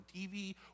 TV